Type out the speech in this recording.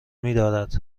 میدارد